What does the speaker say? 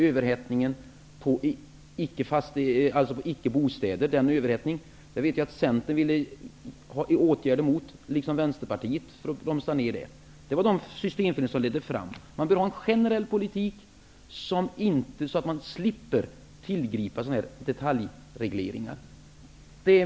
Överhettningen på bostäder vet jag att Centern liksom Vänsterpartiet ville att man skulle vidta åtgärder för att bromsa ned. Det var systemfelen som ledde fram till detta. Man ville ha en generell politik för att slippa tillgripa detaljregleringar.